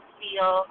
feel